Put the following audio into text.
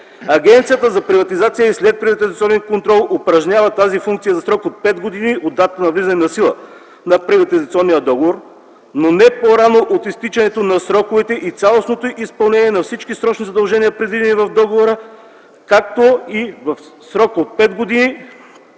Агенцията за приватизация и следприватизационен контрол упражнява тази функция за срок от 5 години от датата на влизане в сила на приватизационния договор, но не по-рано от изтичането на сроковете и цялостното изпълнение на всички срочни задължения, предвидени в договора, както и в срок от 5 години